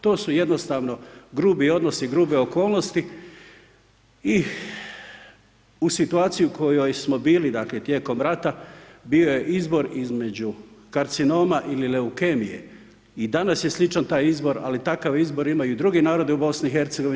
To su jednostavno grubi odnosi, grube okolnosti i u situaciji u kojoj smo bili, dakle, tijekom rata, bio je izbor između karcinoma ili leukemije i danas je sličan taj izbor, ali takav izbor imaju i drugi narodi u BiH.